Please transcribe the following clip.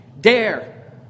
Dare